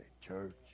church